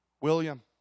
William